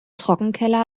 trockenkeller